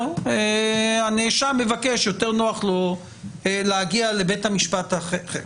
לנאשם יותר נוח להגיע לבית משפט אחר.